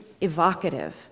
evocative